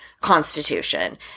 constitution